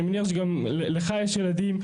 אני מניח שגם לך יש ילדים,